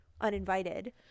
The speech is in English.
uninvited